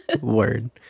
Word